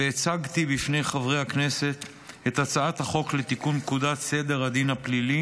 והצגתי בפני חברי הכנסת הצעת חוק לתיקון פקודת סדר הדין הפלילי